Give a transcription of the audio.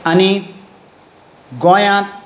आनी गोंयांत